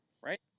Right